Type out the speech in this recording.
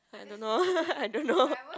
I don't know I don't know